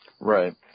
Right